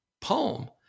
poem